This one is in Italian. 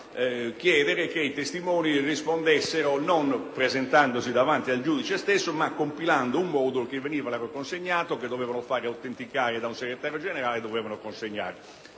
chiedere che i testimoni rispondessero ai quesiti non presentandosi davanti al giudice stesso ma compilando un modulo, che dovevano fare autenticare da un segretario generale e poi consegnare.